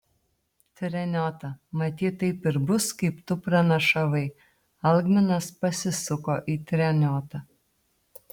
treniota matyt taip ir bus kaip tu pranašavai algminas pasisuko į treniotą